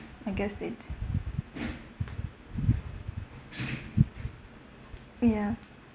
I guess they did ya